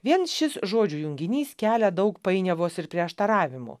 vien šis žodžių junginys kelia daug painiavos ir prieštaravimų